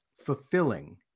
fulfilling